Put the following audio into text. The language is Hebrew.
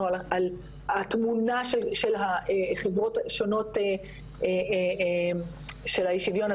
על התמונה של החברות השונות של האי שוויון,